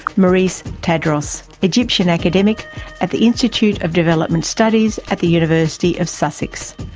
mariz tadros, egyptian academic at the institute of development studies at the university of sussex.